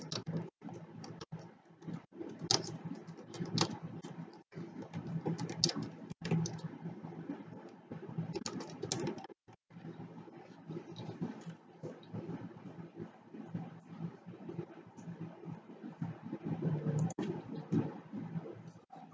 yeah